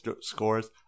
scores